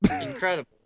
Incredible